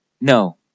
No